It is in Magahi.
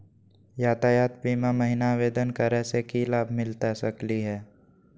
यातायात बीमा महिना आवेदन करै स की लाभ मिलता सकली हे?